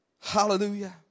Hallelujah